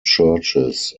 churches